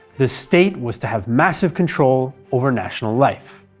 the state was to have massive control over national life.